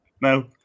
no